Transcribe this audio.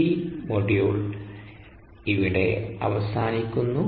ഈ മൊഡ്യൂൾ ഇവിടെ അവസാനിപ്പിക്കുന്നു